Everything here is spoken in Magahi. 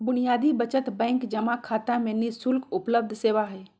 बुनियादी बचत बैंक जमा खाता में नि शुल्क उपलब्ध सेवा हइ